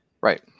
Right